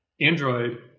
Android